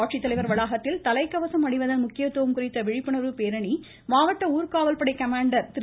மாவட்ட விழுப்புரம் வளாகத்தில் தலைக்கவசம் அணிவதன் முக்கியத்துவம் குறித்த விழிப்புணர்வு பேரணி மாவட்ட ஊர்காவல்படை கமாண்டர் திரு